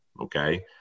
okay